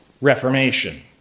reformation